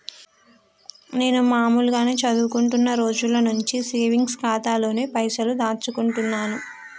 నేను మామూలుగానే చదువుకుంటున్న రోజుల నుంచి సేవింగ్స్ ఖాతాలోనే పైసలు దాచుకుంటున్నాను